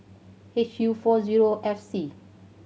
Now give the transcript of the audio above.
H U four zero F C